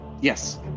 Yes